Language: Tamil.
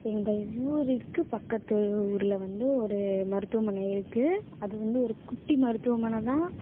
எங்கள் ஊரிற்கு பக்கத்து ஊரில் வந்து ஒரு மருத்துவமனை இருக்குது அது வந்து ஒரு குட்டி மருத்துவமனை தான்